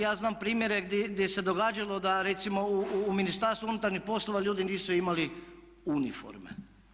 Ja znam primjere gdje se događalo da recimo u Ministarstvu unutarnjih poslova ljudi nisu imali uniforme.